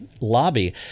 lobby